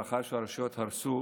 לאחר שהרשויות הרסו